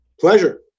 Pleasure